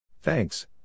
thanks